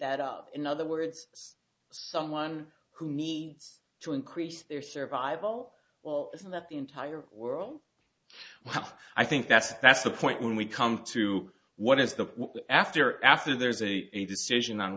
that up in other words someone who needs to increase their survival well isn't that the entire world i have i think that's that's the point when we come to what is the after after there's a a decision on